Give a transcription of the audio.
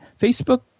Facebook